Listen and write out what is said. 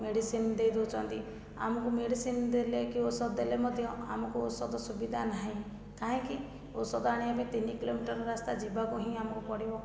medicine ଦେଇ ଦେଉଛନ୍ତି ଆମକୁ ମେଡ଼ିସିନ ଦେଲେ କି ଔଷଧ ଦେଲେ ମଧ୍ୟ ଆମକୁ ଔଷଧ ସୁବିଧା ନାହିଁ କାହିଁକି ଔଷଧ ଆଣିବା ପାଇଁ ତିନି କିଲୋମିଟର ରାସ୍ତା ଯିବାକୁ ହିଁ ଆମକୁ ପଡ଼ିବ